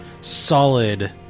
solid